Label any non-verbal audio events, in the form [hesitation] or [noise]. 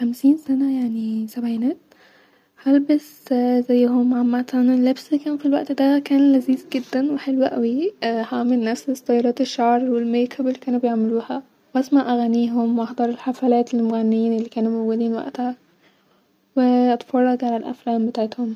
خمسين سنه يعني-سبعينات هلبس زيهم عمتا-اللبس فى الوقت دا كان لذيذ جدا وحلو اوي [hesitation] هعمل نفس استيلات الشعر و الميكب الى كانو بيعملوها-هسمع اغانيهم واحضر الحفلات للمغنين الي كانوا موجودين واقتها-و [hesitation] اتفرج علي الافلام بتاعتهم